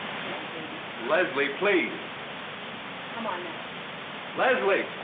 come on, baby leslie, please come on now leslie